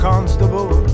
Constable